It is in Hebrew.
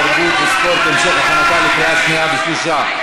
התרבות והספורט להמשך החקיקה בקריאה שנייה ושלישית.